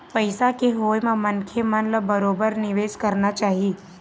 पइसा के होय म मनखे मन ल बरोबर निवेश करना चाही